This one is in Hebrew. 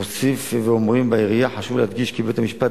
מוסיפים ואומרים בעירייה: חשוב להדגיש כי בית-המשפט